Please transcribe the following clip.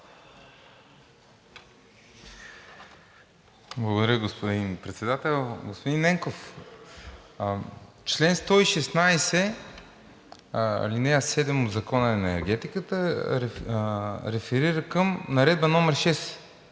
Благодаря, господин Председател. Господин Ненков, чл. 116, ал. 7 от Закона за енергетиката реферира към Наредба № 6